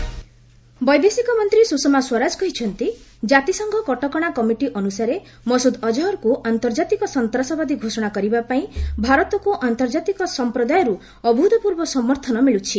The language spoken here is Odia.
ସୁଷମା ୟୁଏନଏସସି ବୈଦେଶିକ ମନ୍ତ୍ରୀ ସୁଷମା ସ୍ୱରାଜ କହିଛନ୍ତି ଜାତିସଂଘ କଟକଣା କମିଟି ଅନୁସାରେ ମସୁଦ୍ ଅଳହରକୁ ଆର୍ନ୍ତଜାତିକ ସନ୍ତାସବାଦୀ ଘୋଷଣା କରିବା ପାଇଁ ଭାରତକୁ ଆର୍ନ୍ତକାତିକ ସମ୍ପ୍ରଦାୟରୁ ଅଭୂତପୂର୍ବ ସମର୍ଥନ ମିଳୁଛି